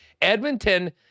Edmonton